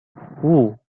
who